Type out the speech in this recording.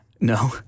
No